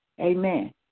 Amen